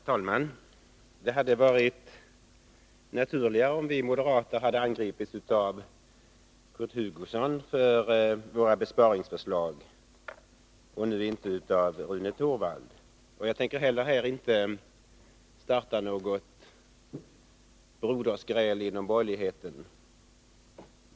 Herr talman! Det hade varit naturligare, om vi moderater hade angripits för våra besparingsförslag av Kurt Hugosson och inte av Rune Torwald, men jag tänker inte här starta något brodersgrälinom borgerligheten.